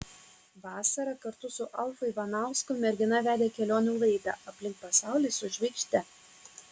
vasarą kartu su alfu ivanausku mergina vedė kelionių laidą aplink pasaulį su žvaigžde